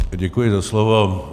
Děkuji za slovo.